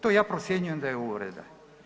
To ja procjenjujem da je uvreda.